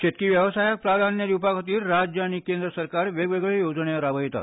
शेतकी वेवसायाक प्राधान्य दिवपा खातीर राज्य आनी केंद्र सरकार वेगवेगळ्यो येवजण्यो राबयतात